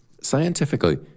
Scientifically